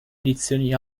edizioni